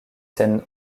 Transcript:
scènes